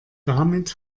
damit